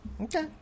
Okay